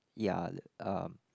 ya uh